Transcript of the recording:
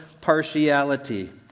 partiality